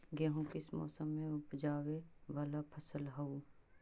गेहूं किस मौसम में ऊपजावे वाला फसल हउ?